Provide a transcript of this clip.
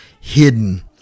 hidden